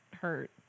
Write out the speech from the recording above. hurt